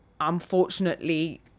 unfortunately